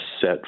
set